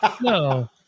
No